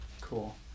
Cool